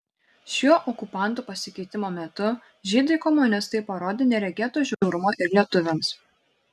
šiuo okupantų pasikeitimo metu žydai komunistai parodė neregėto žiaurumo ir lietuviams